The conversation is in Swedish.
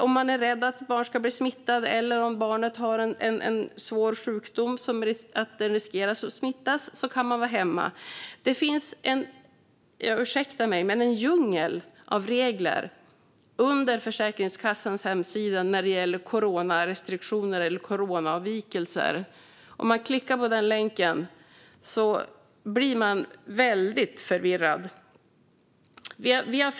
Om man är rädd för att ett barn som har en svår sjukdom ska riskera att smittas kan man vara hemma. Det finns - ursäkta mig - en djungel av regler på Försäkringskassans hemsida när det gäller coronarestriktioner eller coronaavvikelser. Om man klickar på en länk där blir man väldigt förvirrad.